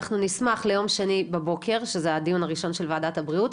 אנחנו נשמח ליום שני בבוקר שזה הדיון הראשון של ועדת הבריאות,